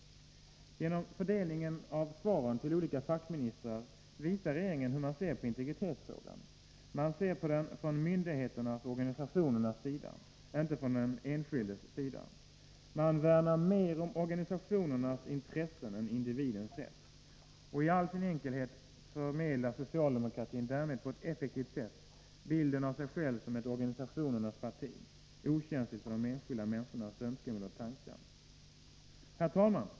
Genom fördelningen av svaren till olika fackministrar visar regeringen hur man ser på integritetsfrågan — man ser på den från myndigheternas och organisationernas sida, inte från den enskildes sida. Man värnar mer om organisationernas intressen än om individens rätt. I all sin enkelhet förmedlar socialdemokratin därmed på ett effektivt sätt bilden av sig själv som ett organisationernas parti, okänsligt för de enskilda människornas 163 önskemål och tankar. Herr talman!